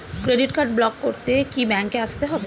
Credit card block করতে কি ব্যাংকে আসতে হবে?